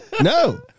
No